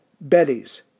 Betty's